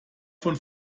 von